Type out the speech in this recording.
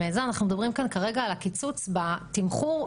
אנחנו מדברים כרגע על הקיצוץ בתמחור.